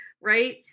right